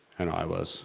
and i was